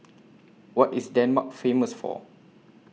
What IS Denmark Famous For